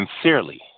sincerely